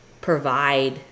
provide